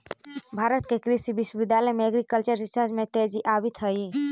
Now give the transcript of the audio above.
भारत के कृषि विश्वविद्यालय में एग्रीकल्चरल रिसर्च में तेजी आवित हइ